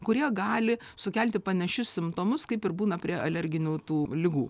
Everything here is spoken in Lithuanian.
kurie gali sukelti panašius simptomus kaip ir būna prie alerginių tų ligų